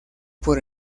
por